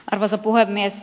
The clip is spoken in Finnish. arvoisa puhemies